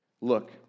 Look